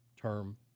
term